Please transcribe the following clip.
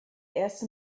erste